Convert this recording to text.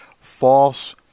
false